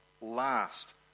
last